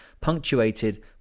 punctuated